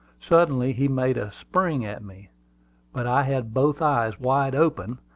suddenly he made a spring at me but i had both eyes wide open,